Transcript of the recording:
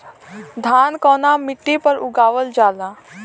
धान कवना मिट्टी पर उगावल जाला?